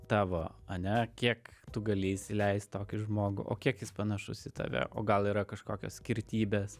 tavo ane kiek tu gali įsileist tokį žmogų o kiek jis panašus į tave o gal yra kažkokios skirtybės